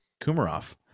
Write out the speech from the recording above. kumarov